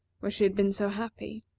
where she had been so happy.